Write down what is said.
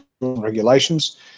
regulations